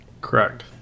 Correct